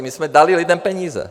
My jsme dali lidem peníze.